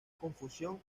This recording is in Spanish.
confusión